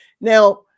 Now